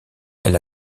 elle